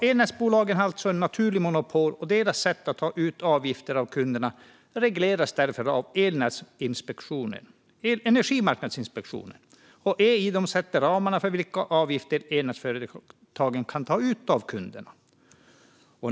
Elnätsbolagen har alltså ett naturligt monopol, och deras sätt att ta ut avgifter av kunderna regleras därför av Energimarknadsinspektionen, EI, som sätter ramarna för vilka avgifter elnätsföretagen kan ta ut av kunderna.